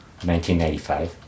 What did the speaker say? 1995